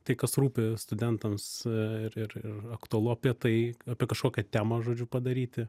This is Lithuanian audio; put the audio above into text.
tai kas rūpi studentams ir ir aktualu apie tai apie kažkokią temą žodžiu padaryti